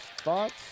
thoughts